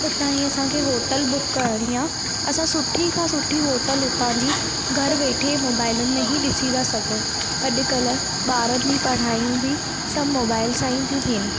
उतां ई असांखे होटल बुक करिणी आहे असां सुठी खां सुठी होटल उतां ई घरु वेठे बुक करे था सघूं अॼुकल्ह ॿारनि जी पढ़ायूं बि सभु मोबाइल सां ई थी थियनि